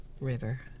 River